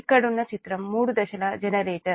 ఇక్కడున్న చిత్రం మూడు దశల జనరేటర్